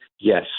Yes